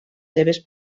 seves